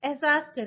एहसास करें